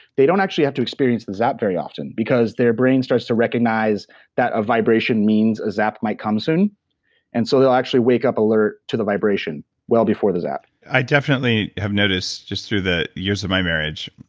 they don't actually have to experience the zap very often because their brain starts to recognize that a vibration means a zap might come soon and so, they'll actually wake up alert to the vibration well before the zap i definitely have noticed just through years of my marriage,